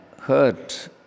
hurt